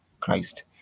Christ